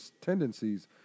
tendencies